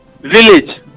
village